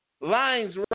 lines